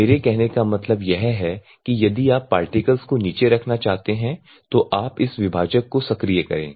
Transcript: मेरा कहने का मतलब यह है कि यदि आप पार्टिकल्स को नीचे रखना चाहते हैं तो आप इस विभाजक को सक्रिय करें